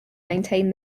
maintain